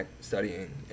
studying